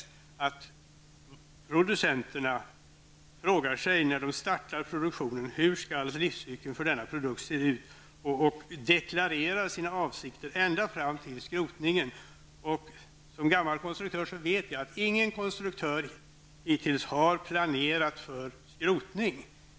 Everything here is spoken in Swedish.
Det är angeläget att producenterna frågar sig, när de startar produktionen, hur livscykeln för produkten skall se ut och deklarerar sina avsikter ända fram till skrotningen. Som gammal konstruktör vet jag att ingen konstruktör hittills har planerat för skrotning.